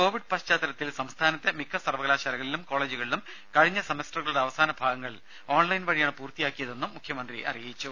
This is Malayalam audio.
കോവിഡ് പശ്ചാത്തലത്തിൽ സംസ്ഥാനത്തെ മിക്ക സർവകലാശാലകളിലും കോളജുകളിലും കഴിഞ്ഞ സെമസ്റ്ററുകളുടെ അവസാന ഭാഗങ്ങൾ ഓൺലൈൻ വഴിയാണ് പൂർത്തിയാക്കിയതെന്നും മുഖ്യമന്ത്രി അറിയിച്ചു